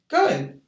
Good